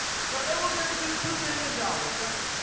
so they were going to do two billion dollars, right?